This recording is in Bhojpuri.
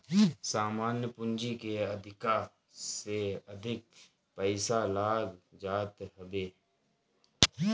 सामान्य पूंजी के अधिका से अधिक पईसा लाग जात हवे